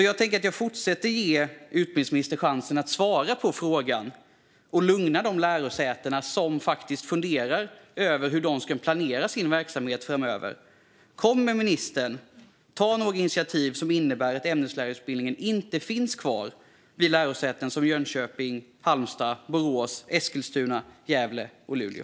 Jag ska fortsätta att ge utbildningsministern chansen att svara på frågan och lugna de lärosäten som funderar på hur de ska planera sin verksamhet framöver. Kommer ministern att ta några initiativ som innebär att ämneslärarutbildningen inte ska finnas kvar vid lärosäten som Jönköping, Halmstad, Borås, Eskilstuna, Gävle och Luleå?